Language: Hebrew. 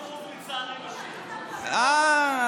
אה,